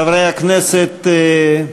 חברי הכנסת,